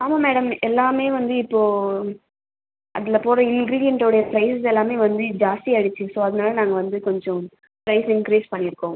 ஆமாம் மேடம் எல்லாமே வந்து இப்போ அதில் போடுகிற இன்க்ரீடியண்ட்டோடைய ப்ரைஸ் எல்லாமே வந்து ஜாஸ்த்தி ஆகிடுச்சு ஸோ அதுனால் நாங்கள் வந்து கொஞ்சம் ப்ரைஸ் இன்க்ரீஸ் பண்ணிருக்கோம்